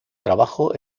trabajo